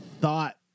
thought